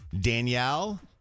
Danielle